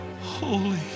holy